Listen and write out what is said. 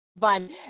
fun